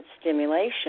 stimulation